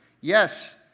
Yes